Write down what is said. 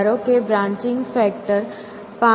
ધારો કે branching factor પાંચ છે